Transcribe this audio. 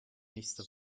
nächste